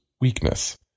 weakness